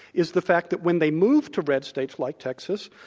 is the fact that when they move to red states like texas,